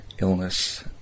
illness